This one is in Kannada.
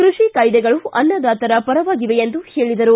ಕೃಷಿ ಕಾಯ್ದೆಗಳು ಅನ್ನದಾತರ ಪರವಾಗಿವೆ ಎಂದು ಹೇಳಿದರು